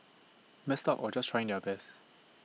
messed up or just trying their best